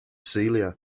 celia